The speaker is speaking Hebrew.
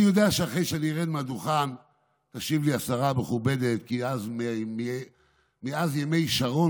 אני יודע שאחרי שאני ארד מהדוכן תשיב לי השרה המכובדת שמאז ימי שרון